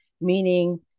meaning